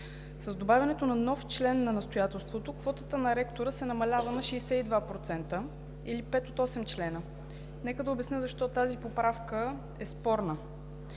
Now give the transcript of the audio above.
С добавянето на нов член на настоятелството квотата на ректора се намалява на 62% или пет от осем членове. Нека да обясня защо тази поправка е спорна.